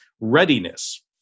readiness